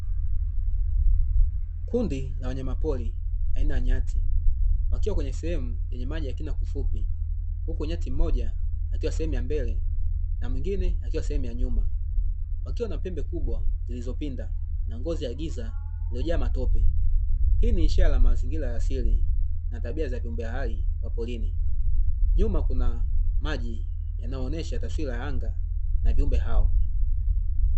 Kundi la wanyama pori aina ya nyati wakiwa kwenye sehemu yenye maji ya kina kifupi, huku nyati mmoja akiwa sehemu ya mbele na mwingine akiwa sehemu ya nyuma; wakiwa na pembe kubwa zilizopinda na ngozi ya giza iliyojaa matope. Hii ni ishara ya mazingira ya asili na tabia ya viumbe hai wa porini. Nyuma kuna maji yanayoonyesha taswira ya anga na viumbe hao.